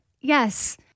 yes